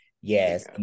Yes